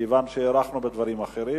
כיוון שהארכנו בדברים אחרים.